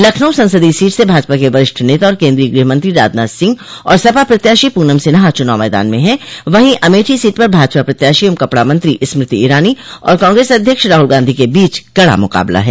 लखनऊ संसदीय सीट से भाजपा के वरिष्ठ नेता और केन्द्रीय गृहमंत्री राजनाथ सिंह और सपा प्रत्याशी पूनम सिन्हा चुनाव मैदान म हैं वहीं अमेठी सीट पर भाजपा प्रत्याशी एवं कपड़ा मंत्री स्मृति ईरानी और कांग्रेस अध्यक्ष राहुल गांधी के बीच कड़ा मुकाबला है